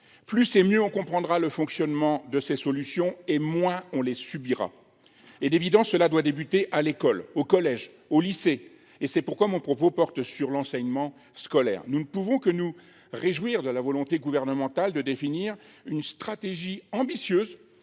Plus et mieux on comprendra le fonctionnement de ces solutions et moins on les subira. Et d'évident cela doit débuter à l'école, au collège, au lycée et c'est pourquoi mon propos porte sur l'enseignement scolaire. Nous ne pouvons que nous réjouir de la volonté gouvernementale de définir une stratégie ambitieuse